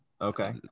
okay